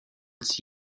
its